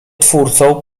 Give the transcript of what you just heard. twórcą